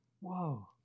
Whoa